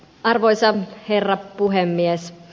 arvoisa herra puhemies